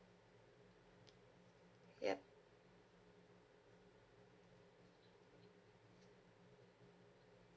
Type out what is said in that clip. yup